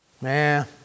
Man